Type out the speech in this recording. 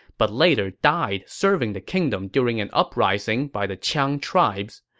but later died serving the kingdom during an uprising by the qiang tribes.